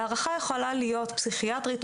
הערכה יכולה להיות פסיכיאטרית,